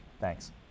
Thanks